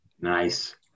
Nice